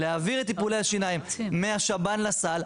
להעביר את טיפולי השיניים מהשב"ן לסל,